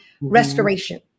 restoration